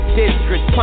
district